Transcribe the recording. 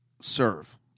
serve